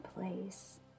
place